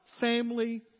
family